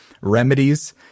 remedies